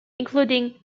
including